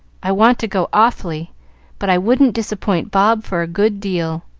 i want to go awfully but i wouldn't disappoint bob for a good deal,